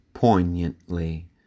poignantly